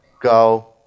Go